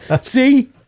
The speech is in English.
See